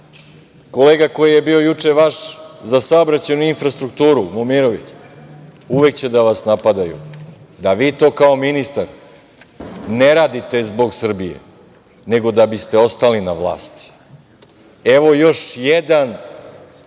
kolega koji je bio juče za saobraćaj i infrastrukturu, Momirović, uvek će da vas napadaju da vi to kao ministar ne radite zbog Srbije, nego da bi ste ostali na vlasti. Evo još jedan